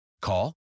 Call